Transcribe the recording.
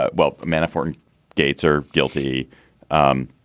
but well manafort and gates are guilty um